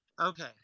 Okay